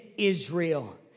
Israel